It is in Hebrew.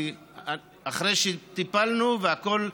כי אחרי שטיפלנו והכול בא,